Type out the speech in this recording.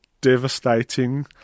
devastating